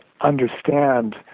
understand